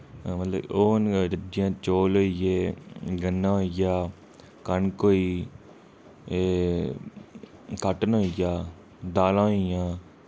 मतलब कि ओह् न जि'यां चौल होई गे गन्ना होई गेआ कनक होई एह् काटन होई गेआ दालां होई गेइयां